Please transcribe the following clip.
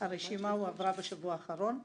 הרשימה הועברה בשבוע האחרון.